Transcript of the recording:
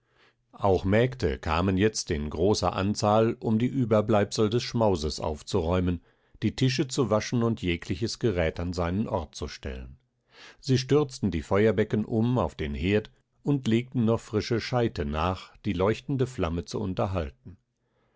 auch mägde kamen jetzt in großer anzahl um die überbleibsel des schmauses aufzuräumen die tische zu waschen und jegliches gerät an seinen ort zu stellen sie stürzten die feuerbecken um auf den herd und legten noch frische scheite nach die leuchtende flamme zu unterhalten